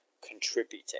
contributing